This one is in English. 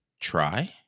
try